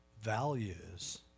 values